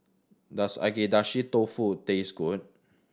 does Agedashi Dofu taste good